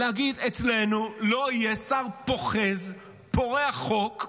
להגיד: אצלנו לא יהיה שר פוחז, פורע חוק.